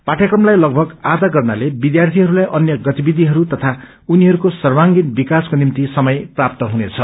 पाठ्चक्रमलाई लगभग आध गर्नाले विद्यार्थीहस्ताई अन्य गतिविधिहरू तथा उनीहरूको सर्वागीण विकासको निम्ति समय प्राप्त हुनेछ